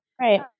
right